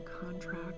contract